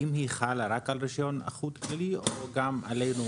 האם היא חלה רק על רישיון אחוד כללי או גם עלינו,